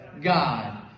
God